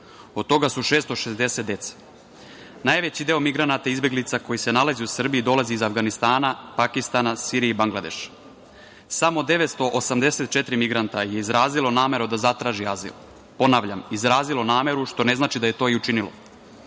od toga su 660 deca. Najveći deo migranata i izbeglica koji se nalazi u Srbiji dolazi iz Avganistana, Pakistana, Sirije i Bangladeša. Samo 984 migranta je izrazilo nameru da zatraži azil. Ponavljam, izrazilo nameru, što ne znači da je to i učinilo.